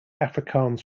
afrikaans